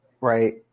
Right